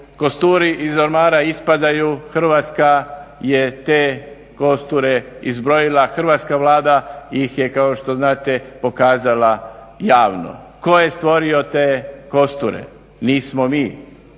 Kosturi iz ormara ispadaju Hrvatska je te kosture izbrojila hrvatska Vlada ih je kao što znate pokazala javno. Tko je stvorio te kosture? Nismo mi,